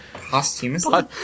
Posthumously